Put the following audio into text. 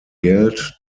geld